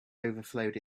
overflowed